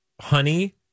honey